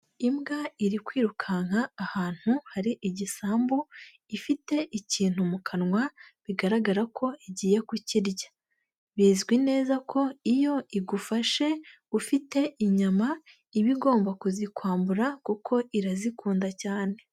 Imbwa iri kwirukanka ahantu hari igisambu ifite ikintu mu kanwa, bigaragara ko igiye ku kirya, bizwi neza ko iyo igufashe ufite inyama iba igomba kuzikwambura kuko irazikunda cyane.